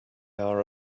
our